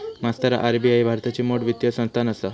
मास्तरा आर.बी.आई भारताची मोठ वित्तीय संस्थान आसा